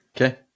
Okay